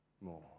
more